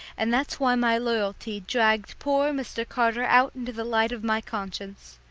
and that's why my loyalty dragged poor mr. carter out into the light of my conscience.